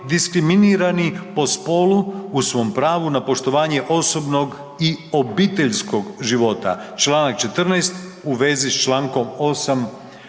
diskriminirani po spolu u svom pravu na poštovanje osobnog i obiteljskog života čl. 14. u vezi s čl. 8.